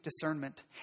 discernment